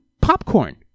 popcorn